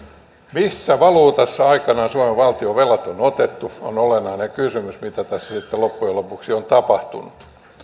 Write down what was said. missä valuutassa aikanaan suomen valtion velat on otettu on olennainen kysymys sen suhteen mitä tässä sitten loppujen lopuksi on tapahtunut